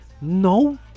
No